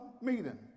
meeting